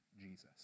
Jesus